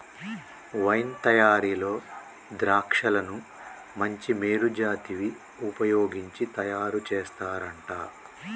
wine తయారీలో ద్రాక్షలను మంచి మేలు జాతివి వుపయోగించి తయారు చేస్తారంట